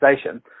Station